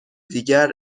دیگر